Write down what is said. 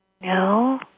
No